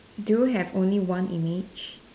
do you have only one image